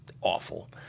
awful